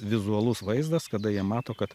vizualus vaizdas kada jie mato kad